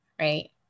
right